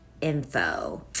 info